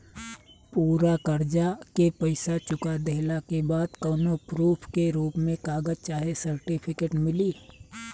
पूरा कर्जा के पईसा चुका देहला के बाद कौनो प्रूफ के रूप में कागज चाहे सर्टिफिकेट मिली?